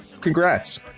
congrats